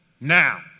Now